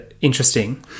interesting